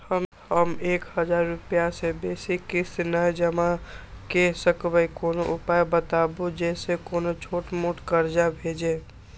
हम एक हजार रूपया से बेसी किस्त नय जमा के सकबे कोनो उपाय बताबु जै से कोनो छोट मोट कर्जा भे जै?